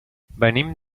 venim